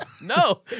No